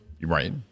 Right